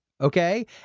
Okay